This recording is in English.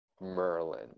Merlin